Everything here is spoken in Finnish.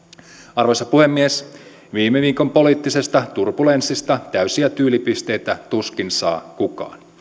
arvoisa puhemies viime viikon poliittisesta turbulenssista täysiä tyylipisteitä tuskin saa kukaan